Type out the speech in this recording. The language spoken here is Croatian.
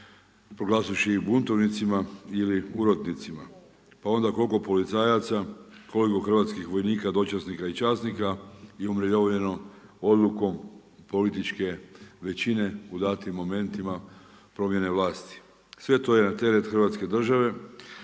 proglasivši ih buntovnicima ili urotnicima. Pa onda koliko policajaca, koliko hrvatskih vojnika, dočasnika i časnika je umirovljeno odlukom političke većine u datim momentima promjene vlasti. Sve to je na teret Hrvatske države,